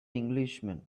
englishman